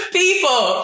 people